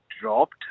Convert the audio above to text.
dropped